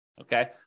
okay